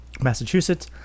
Massachusetts